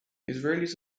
israelis